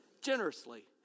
Generously